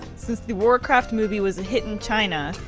since the warcraft movie was a hit in china,